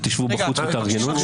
ותשבו בחוץ ותארגנו את זה?